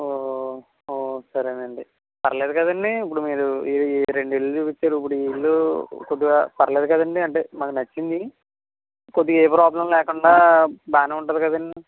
సరే అండి పర్లేదు కదండి ఇప్పుడు మీరు ఈ రెండు ఇల్లులు చూపించారు ఇప్పుడు ఈ ఇల్లు కొద్దిగా పర్లేదు కదండి అంటే మాకు నచ్చింది కొద్దిగా ఏ ప్రాబ్లం లేకుండా బాగా ఉంటుంది కదండి